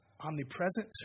Omnipresent